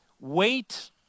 wait